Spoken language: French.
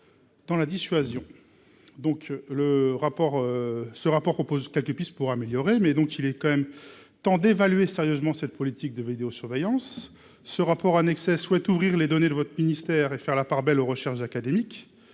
donc le rapport Ce rapport propose quelques pistes pour améliorer mais donc il est quand même temps d'évaluer sérieusement cette politique de vidéosurveillance ce rapport annexé souhaite ouvrir les données de votre ministère et faire la part belle aux recherches académiques,